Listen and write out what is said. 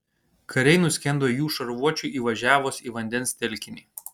kariai nuskendo jų šarvuočiui įvažiavus į vandens telkinį